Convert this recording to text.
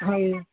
ହଁ ଇଏ